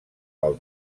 pel